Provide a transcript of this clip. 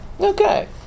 Okay